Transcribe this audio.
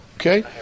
Okay